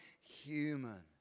human